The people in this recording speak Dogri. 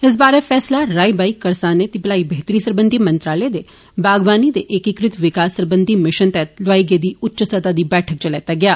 इस बारे फैसला राई बाई करसाने ते भलाई बेहतरी सरबंधी मंत्रालय दे बागवानी दे ऐकीकृत विकास सरबंधी मिशन तैहत लोआई गेदी उच्च स्तह दी बैठक च लैता गेआ